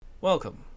Welcome